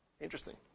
Interesting